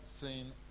seen